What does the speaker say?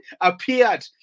appeared